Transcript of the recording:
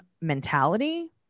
mentality